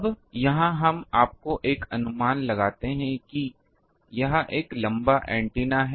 अब यहाँ हम आपको एक अनुमान लगाते हैं कि यह एक लंबा एंटीना है